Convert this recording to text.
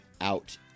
out